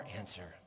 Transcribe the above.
answer